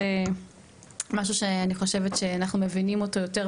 זה משהו שאני חושבת שאנחנו מבינים אותו יותר ויותר,